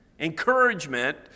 Encouragement